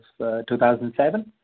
2007